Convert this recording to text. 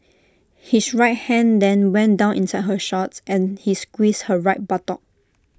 his right hand then went down inside her shorts and he squeezed her right buttock